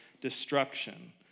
destruction